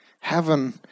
Heaven